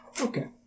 Okay